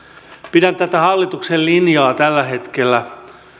pidän tätä hallituksen linjaa tätä ajattelutapaa tällä hetkellä